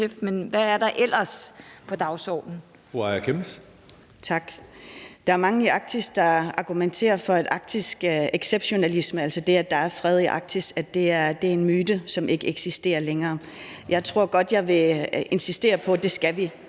men hvad er der ellers på dagsordenen?